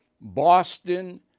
Boston